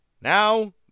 Now